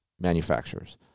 manufacturers